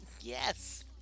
Yes